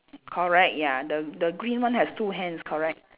correct ya the the green one has two hands correct